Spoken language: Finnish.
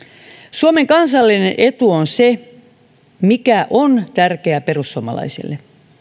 suomen kansallinen etu on se mikä on tärkeää perussuomalaisille